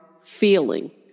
feeling